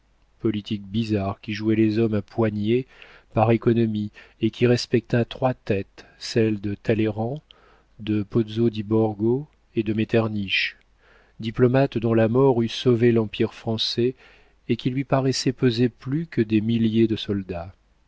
politique bizarre qui jouait les hommes à poignées par économie et qui respecta trois têtes celles de talleyrand de pozzo di borgo et de metternich diplomates dont la mort eût sauvé l'empire français et qui lui paraissaient peser plus que des milliers de soldats